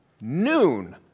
noon